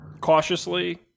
Cautiously